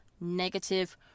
negative